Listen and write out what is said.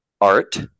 Art